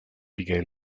began